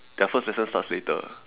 their first lesson starts later